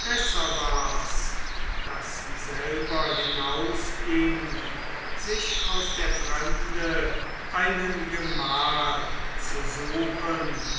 besser war's daß sie selber hinausging sich aus der fremde einen gemahl zu suchen